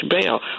bail